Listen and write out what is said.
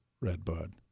redbud